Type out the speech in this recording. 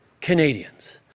Canadians